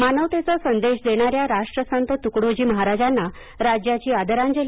मानवतेचा संदेश देणाऱ्या राष्ट्रसंत तुकडोजी महाराजांना राज्याची आदरांजली